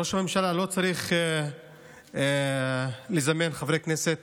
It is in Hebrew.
ראש הממשלה לא צריך לזמן חברי כנסת